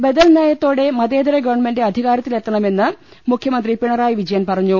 ബദൽ നയത്തോടെ മതേതര ഗവൺമെന്റ് അധികാരത്തിലെത്ത ണമെന്ന് മുഖ്യമന്ത്രി പിണറായി വിജയൻ പറഞ്ഞു